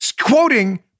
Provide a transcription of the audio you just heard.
quoting